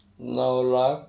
نو lakh